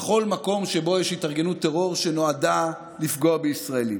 בכל מקום שבו יש התארגנות טרור שנועדה לפגוע בישראלים.